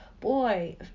boy